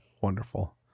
wonderful